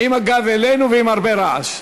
עם הגב אלינו ועם הרבה רעש.